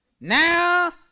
Now